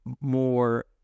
more